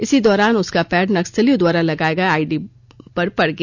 इसी दौरान उसका पैर नक्सलियों द्वारा लगाए गए आईडी पर पड़ गया